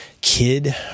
kid